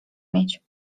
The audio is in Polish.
mieć